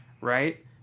right